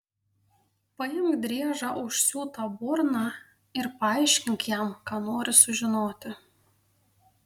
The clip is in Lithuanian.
paimk driežą užsiūta burna ir paaiškink jam ką nori sužinoti